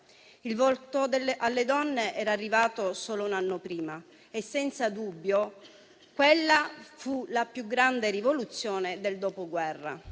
Il voto alle donne era arrivato solo un anno prima e senza dubbio quella fu la più grande rivoluzione del Dopoguerra;